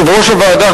יושב-ראש הוועדה,